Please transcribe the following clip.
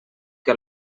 que